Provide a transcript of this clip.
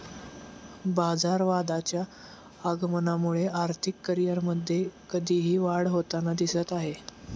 बाजारवादाच्या आगमनामुळे आर्थिक करिअरमध्ये कधीही वाढ होताना दिसत आहे